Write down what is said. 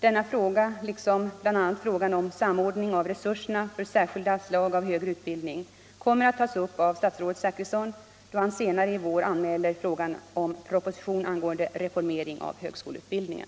Denna fråga liksom bl.a. frågan om samordning av resurserna för skilda slag av högre utbildning kommer att tas upp av statsrådet Zachrisson då han senare i vår anmäler fråga om proposition angående reformering av högskoleutbildningen.